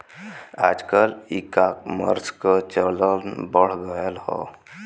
आजकल ईकामर्स क चलन बढ़ गयल हौ